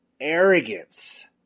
arrogance